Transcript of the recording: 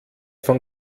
von